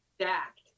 stacked